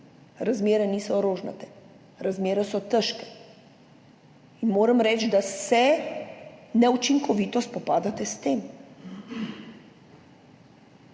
Razmere niso rožnate, razmere so težke. Moram reči, da se neučinkovito spopadate s tem.